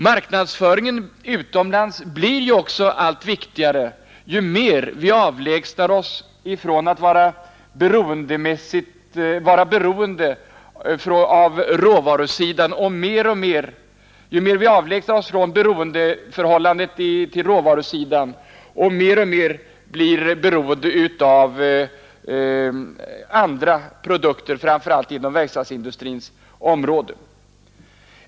Marknadsföringen utomlands blir ju också allt viktigare, ju mer vi avlägsnar oss från beroendeförhållandet till råvarusidan och mer och mer blir beroende av andra produkter, framför allt inom verkstadsindustrins område.